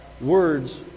words